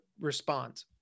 respond